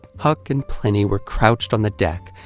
huck and pliny were crouched on the deck,